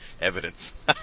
evidence